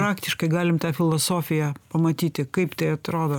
praktiškai galim tą filosofiją pamatyti kaip tai atrodo